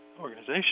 organization